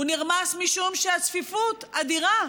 הוא נרמס משום שהצפיפות אדירה,